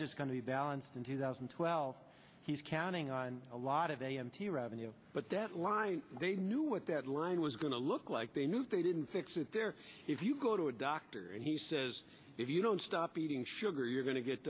just going to be balanced in two thousand and twelve he's counting on a lot of a m t revenue but that line they knew what that line was going to look like they moved they didn't fix it there if you go to a doctor and he says if you don't stop eating sugar you're go